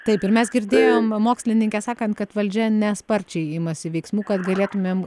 taip ir mes girdėjom mokslininkę sakant kad valdžia nesparčiai imasi veiksmų kad galėtumėm